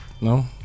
No